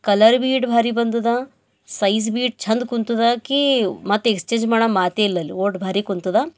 colour ಬೀ ಈಟ್ ಭಾರಿ ಬಂದದ ಸೈಜ್ ಬಿ ಈಟ್ ಛಂದ ಕುಂತದಾಕಿ ಮತ್ತು ಎಕ್ಸ್ಚೇಂಜ್ ಮಾಡೊ ಮಾತೇ ಇಲ್ಲ ಅಲ್ಲಿ ಓಡ್ ಭಾರಿ ಕುಂತದ